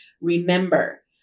Remember